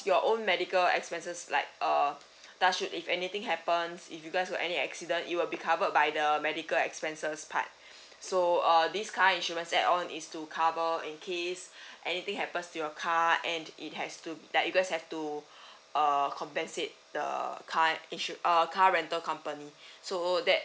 your own medical expenses like uh touch wood if anything happens if you guys with any accident you'll be covered by the medical expenses part so uh this car insurance add on is to cover all in case anything happens to your car and it has to that you guys have to uh compensate the car insured uh car rental company so that